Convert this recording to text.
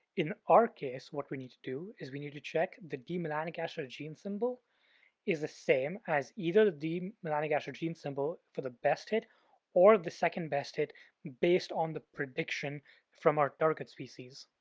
in our case, what we need to do is we need to check the d. melanogaster gene symbol is the same as either d. melanogaster gene symbol for the best hit or the second best hit based on the prediction from our target species.